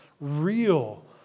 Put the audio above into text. real